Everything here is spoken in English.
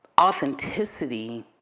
Authenticity